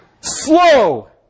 slow